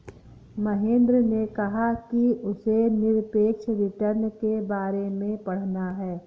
महेंद्र ने कहा कि उसे निरपेक्ष रिटर्न के बारे में पढ़ना है